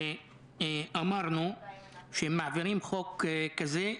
ואמרנו שכאשר מעבירים חוק כזה,